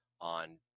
on